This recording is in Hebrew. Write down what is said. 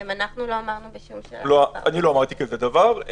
אני לא אמרתי כזה דבר.